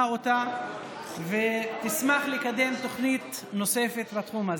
אותה ותשמח לקדם תוכנית נוספת בתחום הזה.